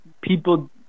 people